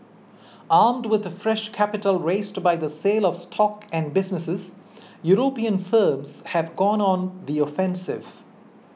armed with fresh capital raised by the sale of stock and businesses European firms have gone on the offensive